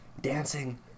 dancing